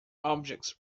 objects